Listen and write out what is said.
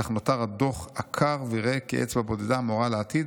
כך נותר הדוח עקר וריק כאצבע בודדה המורה אל העתיד,